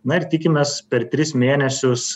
na ir tikimės per tris mėnesius